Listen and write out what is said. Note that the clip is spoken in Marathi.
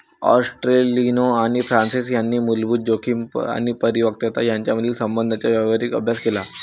ॲस्टेलिनो आणि फ्रान्सिस यांनी मूलभूत जोखीम आणि परिपक्वता यांच्यातील संबंधांचा व्यावहारिक अभ्यास केला